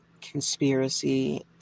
conspiracy